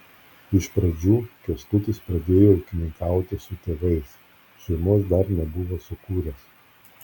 iš pradžių kęstutis pradėjo ūkininkauti su tėvais šeimos dar nebuvo sukūręs